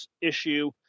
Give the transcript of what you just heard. Issue